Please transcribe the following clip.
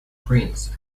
prince